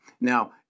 Now